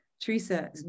Teresa